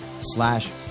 slash